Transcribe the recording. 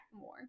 more